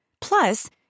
Plus